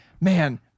man